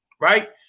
right